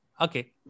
okay